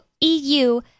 EU